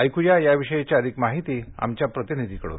ऐकूया या विषयीची अधिक माहिती आमच्या प्रतिनिधीकडून